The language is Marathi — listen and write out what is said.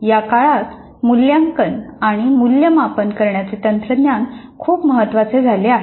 या काळात मूल्यांकन आणि मूल्यमापन करण्याचे तंत्रज्ञान खूप महत्वाचे झाले आहे